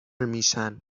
میشن